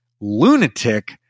lunatic